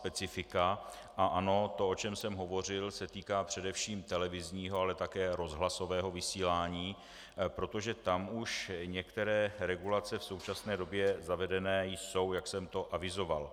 A ano, to, o čem jsem hovořil, se týká především televizního, ale také rozhlasového vysílání, protože tam už některé regulace v současné době zavedené jsou, jak jsem to avizoval.